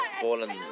fallen